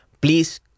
please